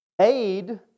aid